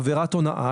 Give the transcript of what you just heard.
עבירת הונאה,